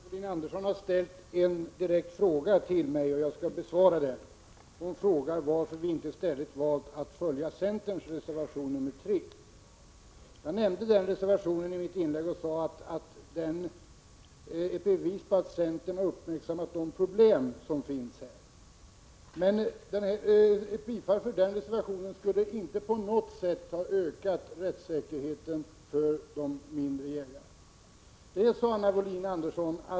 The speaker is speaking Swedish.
Herr talman! Anna Wohlin-Andersson har ställt en direkt fråga till mig, och jag skall besvara den. Hon frågade varför vi inte i stället valt att följa centerns reservation nr 3. Jag nämnde den reservationen i mitt inlägg och sade att den är ett bevis på att centern uppmärksammat de problem som finns, men ett bifall till reservationen skulle inte på något sätt öka rättssäkerheten för de mindre jägarna.